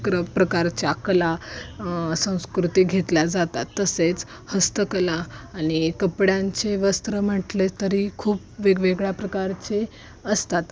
क्र प्रकारच्या कला संस्कृती घेतल्या जातात तसेच हस्तकला आणि कपड्यांचे वस्त्र म्हटले तरी खूप वेगवेगळ्या प्रकारचे असतात